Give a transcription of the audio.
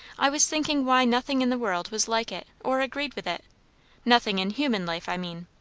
i was thinking why nothing in the world was like it, or agreed with it nothing in human life, i mean.